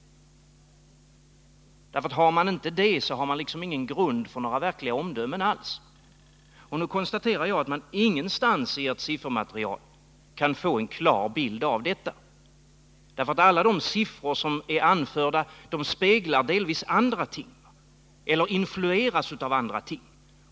Om man inte har den bilden klar för sig har man ingen grund alls för några verkliga omdömen. Jag konstaterar att man ingenstans i ert siffermaterial kan få en klar bild av hur det förhåller sig. Alla de siffror som är anförda speglar nämligen delvis andra ting eller influeras av andra ting.